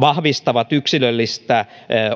vahvistavat yksilöllistä